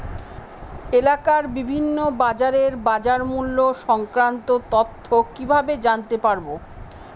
এলাকার বিভিন্ন বাজারের বাজারমূল্য সংক্রান্ত তথ্য কিভাবে জানতে পারব?